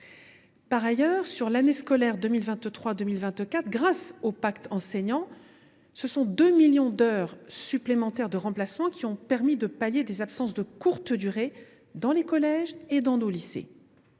Par ailleurs, sur l’année scolaire 2023 2024, grâce au pacte enseignant, 2 millions d’heures supplémentaires de remplacement ont été réalisées, ce qui a permis de pallier des absences de courte durée dans les collèges et dans nos lycées.